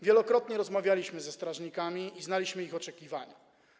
Wielokrotnie rozmawialiśmy ze strażnikami, znaliśmy ich oczekiwania.